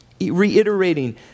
reiterating